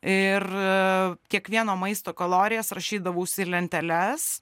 ir kiekvieno maisto kalorijas rašydavausi į lenteles